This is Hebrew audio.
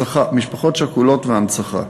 משפחות שכולות והנצחה.